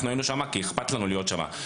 אנחנו היינו שם כי אכפת לנו להיות שם.